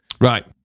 Right